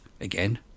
Again